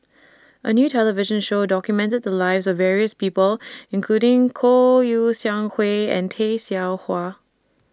A New television Show documented The Lives of various People including Kouo Shang Wei and Tay Seow Huah